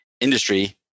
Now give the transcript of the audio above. industry